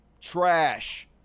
trash